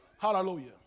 Hallelujah